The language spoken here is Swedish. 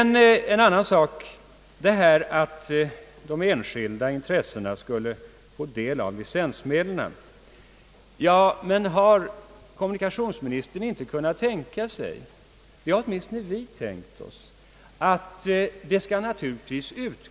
Det har talats om att de enskilda intressena skall få del av licensmedlen. Har kommunikationsministern inte kunnat tänka sig — det har åtminstone vi tänkt oss — att det skall utgå hyra.